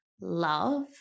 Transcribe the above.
love